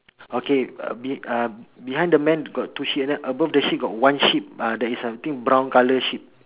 okay uh be uh behind the man got two sheep and then above the sheep got one sheep ah that is I think brown colour sheep